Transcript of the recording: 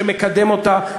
שמקדם אותה,